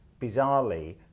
bizarrely